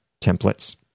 Templates